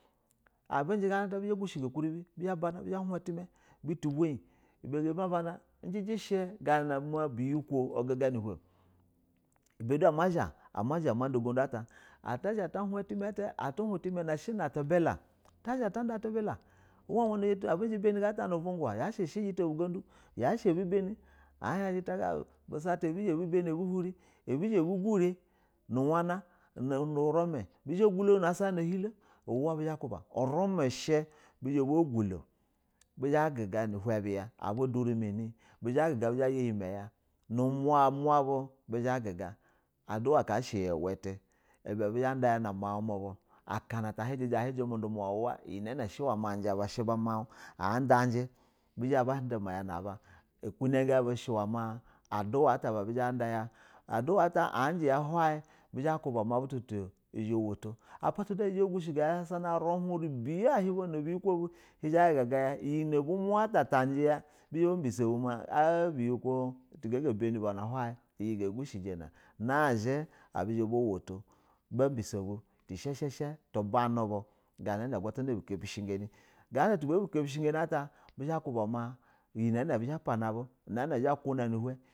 Abujɛ gona ata buzha ba gushɛ go ukuribɛ ba hin utuima butu biyɛ gana na buyi kwo kaga na uhin uba du a mazhɛ mada ugundu ata atanzha ata han utima utima ata utima na shɛ na tu bila tazha tada tubila, uwa wana zha yatono abibanɛ gana ata nu uvwngula shɛ jita bu godu jita ga shɛ jeta bu sati abu bani nuwana nu rumɛ, bizhɛ gulonono no hin lo uwa bu zha ba ku ba unimɛ shɛ bizhɛ ba gulo ba guga nu hinbu ya abu durɛ mani bizha guga baya iyɛ mayɛ muma bu bizha ba guga adua ka ushɛ iyɛ utɛ ibɛ abizha ba daya numwa mubu akana ahin jijɛ shɛ wada jɛ bɛ bizha ba duna ya nu ba ukuna ga bu shɛ uwɛ ma adua ata abu zha bada, adua a abujɛ ba zha ba kuba ma butu butu zha bauto pata du ahizha nagushɛ may a ruha rɛbyɛ ya ahaba na buyi kwo bu, hin zha ha guga gaya iyɛ na a hin muta tatajɛ ya bambu so bu abuyikulo tugaga banɛ haw iyɛ ga gushɛ jana nazhɛ abu bizha baulo ba biso bu tishashasha uba na nubu ganana ta agwatana ubu kapishe ɛ ganɛ yabu kapishɛ ga at iyi na abu zha ba kuna nu uhin.